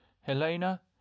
Helena